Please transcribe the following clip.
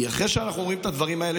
כי אחרי שאנחנו אומרים את הדברים האלה,